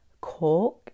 Cork